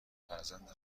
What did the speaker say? فرزند